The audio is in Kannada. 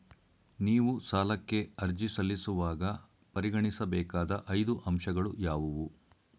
ನೀವು ಸಾಲಕ್ಕೆ ಅರ್ಜಿ ಸಲ್ಲಿಸುವಾಗ ಪರಿಗಣಿಸಬೇಕಾದ ಐದು ಅಂಶಗಳು ಯಾವುವು?